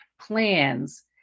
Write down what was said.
plans